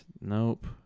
Nope